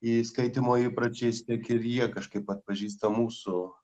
į skaitymo įpročiais tiek ir jie kažkaip atpažįsta mūsų